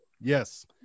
yes